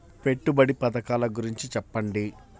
పెట్టుబడి పథకాల గురించి చెప్పండి?